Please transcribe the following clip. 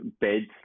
beds